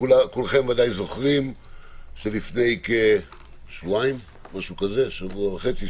כולכם ודאי זוכרים שלפני כשבוע וחצי,